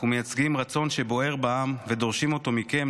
אנחנו מייצגים רצון שבוער בעם ודורשים אותו מכם,